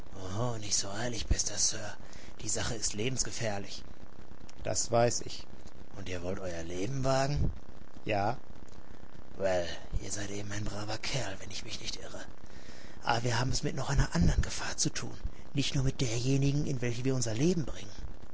nicht so eilig bester sir die sache ist lebensgefährlich das weiß ich und ihr wollt euer leben wagen ja well ihr seid eben ein braver kerl wenn ich mich nicht irre aber wir haben es mit noch einer andern gefahr zu tun nicht nur mit derjenigen in welche wir unser leben bringen